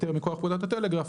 היתר מכוח פקודת הטלגרף,